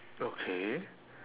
okay